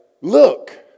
look